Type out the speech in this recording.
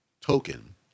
token